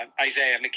Isaiah